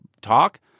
talk